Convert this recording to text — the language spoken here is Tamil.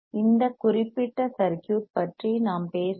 இந்த குறிப்பிட்ட சர்க்யூட் பற்றி நாம் பேசுகிறோம்